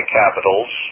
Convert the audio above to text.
capitals